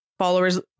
followers